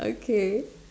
okay